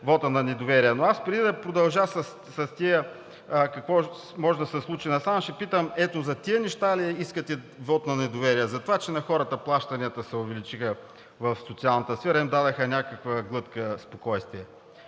вота на недоверие. Но аз, преди да продължа, какво може да се случи, ще питам: ето за тия неща ли искате вот на недоверие – за това, че на хората плащанията се увеличиха в социалната сфера и им дадоха някаква глътка спокойствие?